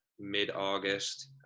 mid-August